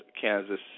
Kansas